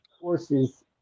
forces